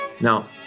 Now